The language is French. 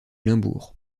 limbourg